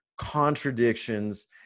contradictions